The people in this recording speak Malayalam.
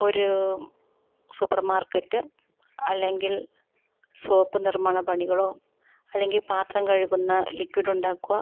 ഒരു സൂപ്പർ മാർക്കറ്റ് അല്ലെങ്കിൽ സോപ്പ് നിർമ്മാണ പണികളോ അല്ലെങ്കിൽ പാത്രം കഴുകുന്ന ലിക്വിഡുണ്ടാക്കുക